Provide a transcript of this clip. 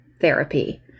therapy